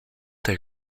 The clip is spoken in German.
der